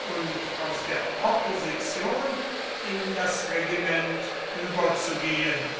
und aus der opposition in das regiment überzugehen